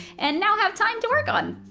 and now have time to work on.